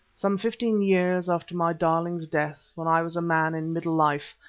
some fifteen years after my darling's death, when i was a man in middle life,